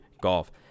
golf